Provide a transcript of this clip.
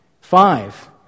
Five